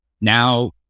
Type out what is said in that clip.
Now